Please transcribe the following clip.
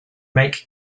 make